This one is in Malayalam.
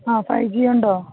ആ ഫൈ ജീ ഉണ്ടോ